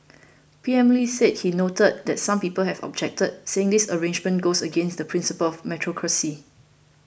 P M Lee said he noted that some people have objected saying this arrangement goes against the principle of meritocracy